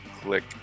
click